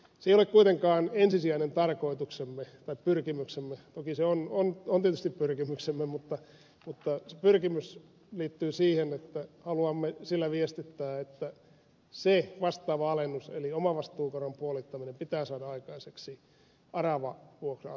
se ei ole kuitenkaan ensisijainen tarkoituksemme tai pyrkimyksemme toki se on tietysti pyrkimyksemme mutta pyrkimys liittyy siihen että haluamme sillä viestittää että se vastaava alennus eli omavastuukoron puolittaminen pitää saada aikaiseksi aravavuokra asunnoissa